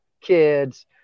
kids